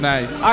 Nice